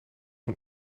een